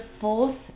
fourth